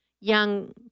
young